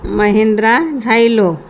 Mahindra Xylo